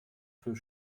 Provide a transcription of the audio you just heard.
für